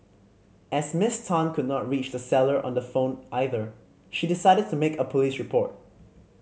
as Miss Tan could not reach the seller on the phone either she decided to make a police report